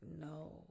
no